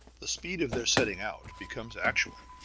the speed of their setting out becomes actual,